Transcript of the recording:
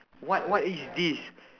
what what is this